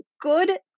good